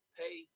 pay